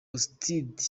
aristide